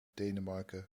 denemarken